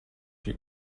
you